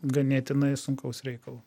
ganėtinai sunkaus reikalo